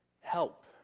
help